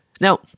Now